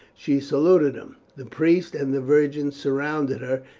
she saluted him. the priest and the virgins surrounded her,